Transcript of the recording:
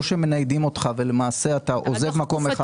או מניידים אותך ולמעשה אתה עוזב מקום אחד.